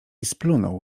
splunął